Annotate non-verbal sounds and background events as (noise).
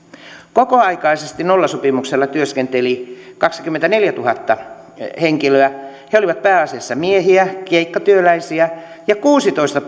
kokoaikaisesti nollasopimuksella työskenteli kaksikymmentäneljätuhatta henkilöä he olivat pääasiassa miehiä keikkatyöläisiä ja kuusitoista (unintelligible)